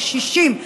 קשישים,